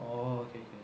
oh okay okay